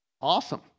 Awesome